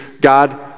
God